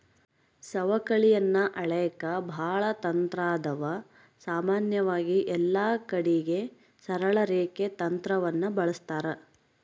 ಸವಕಳಿಯನ್ನ ಅಳೆಕ ಬಾಳ ತಂತ್ರಾದವ, ಸಾಮಾನ್ಯವಾಗಿ ಎಲ್ಲಕಡಿಗೆ ಸರಳ ರೇಖೆ ತಂತ್ರವನ್ನ ಬಳಸ್ತಾರ